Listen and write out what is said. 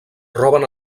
roben